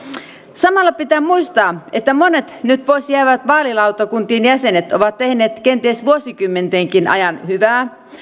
samalla pitää muistaa että monet nyt pois jäävät vaalilautakuntien jäsenet ovat tehneet kenties vuosikymmentenkin ajan hyvää